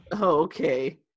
okay